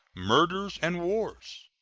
murders, and wars.